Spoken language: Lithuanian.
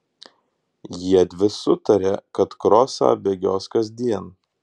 jiedvi sutarė kad krosą bėgios kasdien